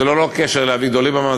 וזה ללא קשר לאביגדור ליברמן,